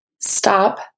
stop